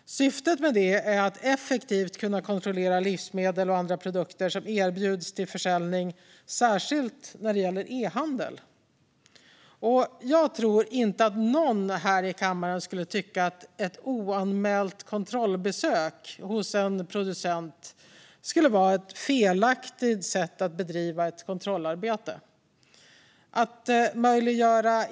Syftet med det är att effektivt kunna kontrollera livsmedel och andra produkter som erbjuds till försäljning, särskilt när det gäller e-handel. Jag tror inte att någon här i kammaren skulle tycka att ett oanmält kontrollbesök hos en producent skulle vara ett felaktigt sätt att bedriva kontrollarbete.